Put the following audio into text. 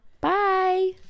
bye